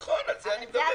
נכון, על זה אני מדבר.